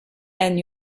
and